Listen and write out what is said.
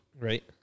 right